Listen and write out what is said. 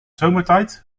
zomertijd